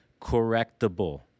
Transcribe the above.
correctable